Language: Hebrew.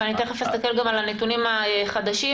ותיכף אסתכל גם על הנתונים החדשים,